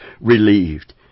relieved